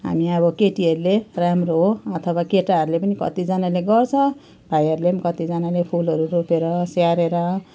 हामी अब केटीहरूले राम्रो हो अथवा केटाहरूले पनि कतिजनाले गर्छ भाइहरूले कतिजनाले फुलहरू रोपेर स्याहारेर